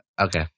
Okay